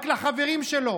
רק לחברים שלו.